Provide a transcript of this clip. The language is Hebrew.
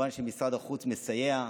כמובן שמשרד החוץ מסייע.